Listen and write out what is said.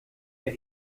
der